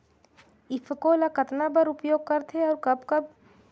ईफको ल कतना बर उपयोग करथे और कब कब?